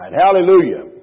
Hallelujah